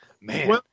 man